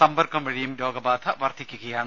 സമ്പർക്കം വഴിയും രോഗബാധ വർധിക്കുകയാണ്